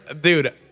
dude